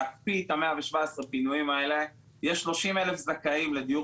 להקפיא את ה-117 הפינויים האלה ,יש 30,000 זכאים לדיור